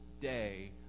day